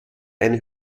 eine